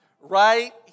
right